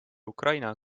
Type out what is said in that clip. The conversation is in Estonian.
ukraina